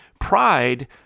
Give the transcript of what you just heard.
pride